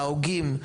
להוגים,